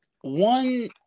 one